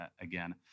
again